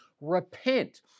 Repent